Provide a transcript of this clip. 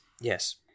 Yes